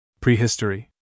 Prehistory